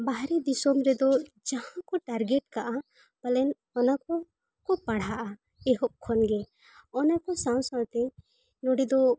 ᱵᱟᱦᱨᱮ ᱫᱤᱥᱚᱢ ᱨᱮᱫᱚ ᱡᱟᱦᱟᱸ ᱠᱚ ᱴᱟᱨᱜᱮᱴ ᱠᱟᱜᱼᱟ ᱯᱟᱞᱮᱱ ᱚᱱᱟ ᱠᱚ ᱠᱩ ᱯᱲᱟᱦᱟᱜᱼᱟ ᱮᱦᱚᱵ ᱠᱷᱚᱱᱜᱮ ᱚᱱᱟ ᱠᱚ ᱥᱟᱶ ᱥᱟᱶᱛᱮ ᱱᱚᱰᱮ ᱫᱚ